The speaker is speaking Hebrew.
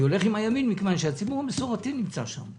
אני הולך עם הימין מכיוון שהציבור המסורתי נמצא שם.